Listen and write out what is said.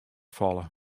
falle